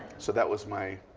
so that was my